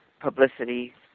publicity